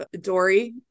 Dory